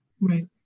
Right